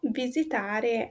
visitare